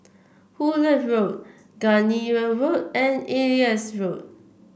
Hullet Road Gardenia Road and Elias Road